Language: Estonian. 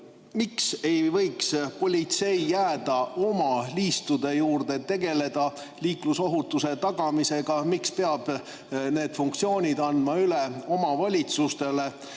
Miks ei võiks politsei jääda oma liistude juurde ja tegeleda liiklusohutuse tagamisega? Miks peab need funktsioonid andma üle omavalitsustele?